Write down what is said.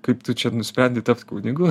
kaip tu čia nusprendei tapt kunigu